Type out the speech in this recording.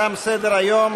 תם סדר-היום.